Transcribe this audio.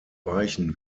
weichen